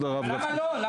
למה לא?